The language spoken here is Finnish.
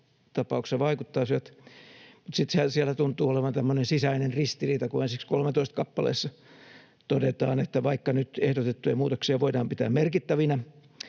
tapauksessa vaikuttaisivat, mutta sitten siellä tuntuu olevan tämmöinen sisäinen ristiriita, kun ensiksi 13. kappaleessa todetaan, että vaikka nyt ehdotettuja muutoksia voidaan pitää merkittävinä,